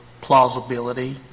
plausibility